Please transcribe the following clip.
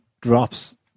drops